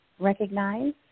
recognize